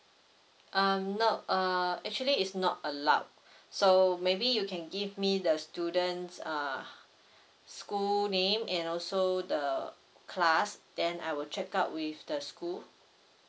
um no err actually it's not allowed so maybe you can give me the student's err school name and also the class then I will check out with the school